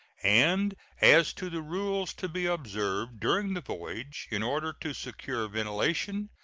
and as to the rules to be observed during the voyage, in order to secure ventilation,